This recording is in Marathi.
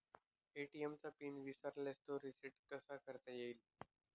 ए.टी.एम चा पिन विसरल्यास तो रिसेट कसा करता येईल?